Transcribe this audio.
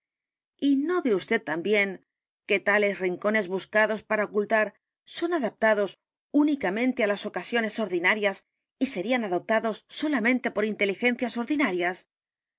y nove vd también que tales rincones buscados para ocultar son adaptados únicamente á las ocasiones ordinarias y serían adoptados solamente por inteligencias ordinarias